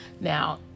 now